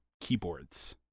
keyboards